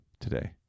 today